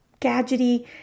gadgety